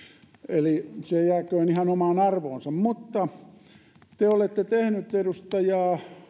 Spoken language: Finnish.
eli se jääköön ihan omaan arvoonsa te olette tehnyt edustaja